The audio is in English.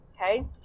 okay